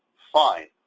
fine.